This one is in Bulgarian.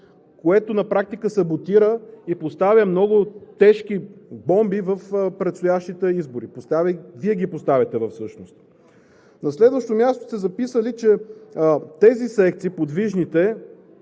което на практика саботира и поставя много тежки бомби в предстоящите избори – Вие ги поставяте всъщност. На следващо място сте записали, че тези секции – подвижните,